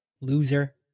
Loser